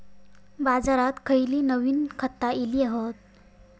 बाजारात खयली नवीन खता इली हत?